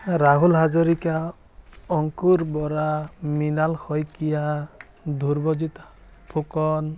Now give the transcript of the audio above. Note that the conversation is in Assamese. ৰাহুল হাজৰিকা অংকুৰ বৰা মৃণাল শইকীয়া ধ্ৰুৱজিত ফুকন